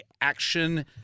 action